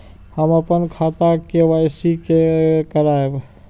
हम अपन खाता के के.वाई.सी के करायब?